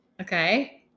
Okay